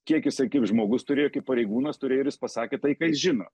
kiek jisai kaip žmogus turėjo kaip pareigūnas turėjo ir jis pasakė tai kas jis žino